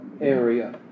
area